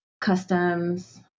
customs